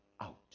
out